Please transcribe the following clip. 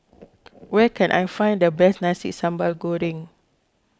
where can I find the best Nasi Sambal Goreng